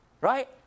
Right